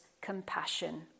compassion